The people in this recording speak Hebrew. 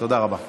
תודה רבה.